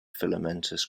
filamentous